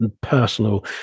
personal